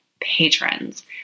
patrons